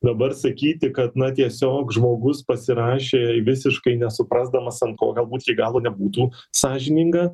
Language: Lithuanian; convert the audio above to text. dabar sakyti kad na tiesiog žmogus pasirašė visiškai nesuprasdamas ant ko galbūt iki galo nebūtų sąžininga